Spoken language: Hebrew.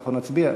אנחנו נצביע.